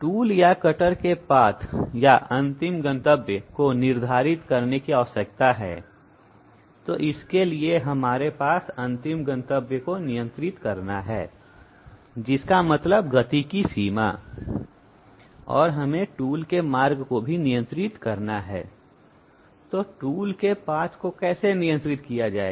tool या cutter के path या अंतिम गंतव्य को नियंत्रित करने की आवश्यकता है तो इसके लिए हमारे पास अंतिम गंतव्य को नियंत्रित करना है जिसका मतलब गति की सीमा और हमें टूल के मार्ग को भी नियंत्रित करना है तो टूल के पाथ को कैसे नियंत्रित किया जाएगा